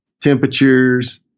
temperatures